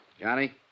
Johnny